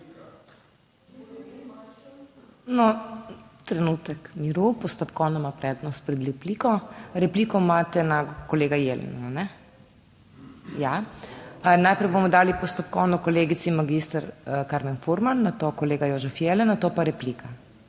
v dvorani/ Postopkovno ima prednost pred repliko. Repliko imate na kolega Jelena, ne? Ja. Najprej bomo dali postopkovno kolegici magister Karmen Furman, nato kolega Jožef Jelen, nato pa replika.